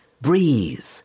breathe